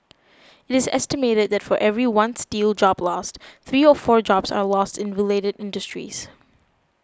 it is estimated that for every one steel job lost three or four jobs are lost in related industries